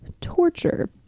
torture